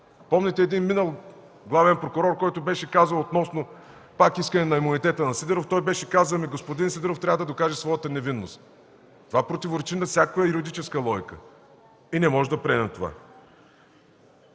Помните един минал главен прокурор, който беше казал пак относно искане имунитета на Сидеров: „Господин Сидеров трябва да докаже своята невинност“. Това противоречи на всякаква юридическа логика и не можем да приемем това.